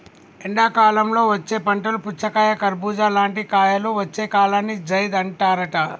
ఎండాకాలంలో వచ్చే పంటలు పుచ్చకాయ కర్బుజా లాంటి కాయలు వచ్చే కాలాన్ని జైద్ అంటారట